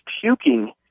puking